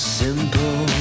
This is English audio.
simple